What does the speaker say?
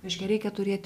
reiškia reikia turėti